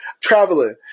traveling